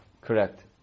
Correct